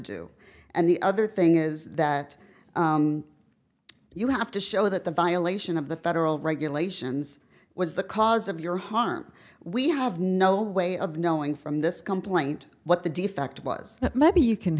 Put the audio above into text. do and the other thing is that you have to show that the violation of the federal regulations was the cause of your harm we have no way of knowing from this complaint what the defect was that maybe you can